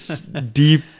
deep